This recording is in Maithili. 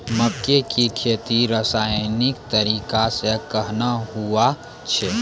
मक्के की खेती रसायनिक तरीका से कहना हुआ छ?